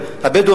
השר,